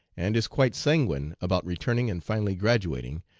and is quite sanguine about returning and finally graduating,